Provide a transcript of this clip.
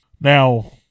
Now